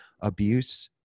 abuse